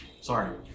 Sorry